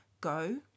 go